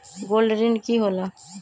Gold ऋण की होला?